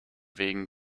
wegen